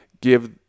give